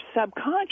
subconscious